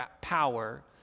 power